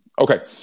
okay